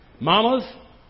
Mamas